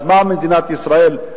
אז מה מדינת ישראל,